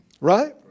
Right